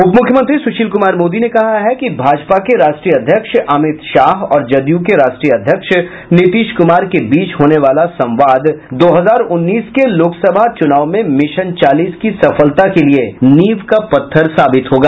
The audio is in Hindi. उपमुख्यमंत्री सुशील कुमार मोदी ने कहा है कि भाजपा के राष्ट्रीय अध्यक्ष अमित शाह और जदयू के राष्ट्रीय अध्यक्ष नीतीश कुमार के बीच होने वाला संवाद दो हजार उन्नीस के लोकसभा चुनाव में मिशन चालीस की सफलता के लिए नींव का पत्थ्र साबित होगा